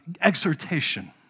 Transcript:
exhortation